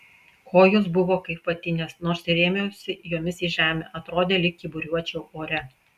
kojos buvo kaip vatinės nors ir rėmiausi jomis į žemę atrodė lyg kyburiuočiau ore